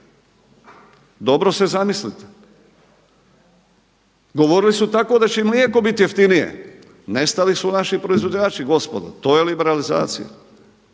dobro se zamislite. Govorili su tako da će i mlijeko biti jeftinije. Nestali su naši proizvođači gospodo. To je liberalizacija.